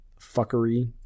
fuckery